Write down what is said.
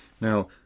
Now